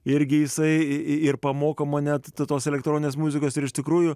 irgi jisai ir pamoko mane tos elektroninės muzikos ir iš tikrųjų